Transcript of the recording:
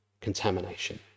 contamination